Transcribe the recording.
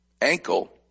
ankle